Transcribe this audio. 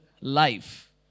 life